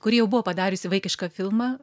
kuri jau buvo padariusi vaikišką filmą